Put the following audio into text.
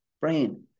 brain